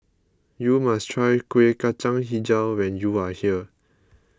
you must try Kuih Kacang HiJau when you are here